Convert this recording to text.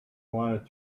wanted